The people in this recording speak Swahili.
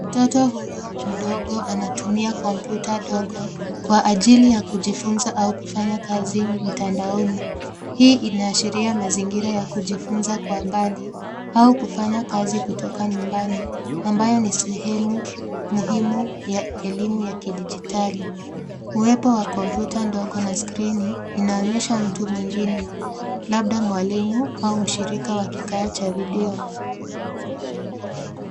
Mtoto huyu mdogo anatumia kompyuta dogo kwa ajili ya kujifunza au kufanya kazi mtandaoni. Hii inaashiria mazingira ya kujifunza kwa mbali au kufanya kazi kutoka nyumbani ambayo ni sehemu muhimu ya elimu ya kidigitali. Uwepo wa kompyuta ndogo na skrini inaonyesha mtu mwingine, labda mwalimu au mshirika wa kikao cha video.